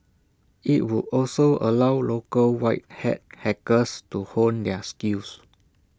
IT would also allow local white hat hackers to hone their skills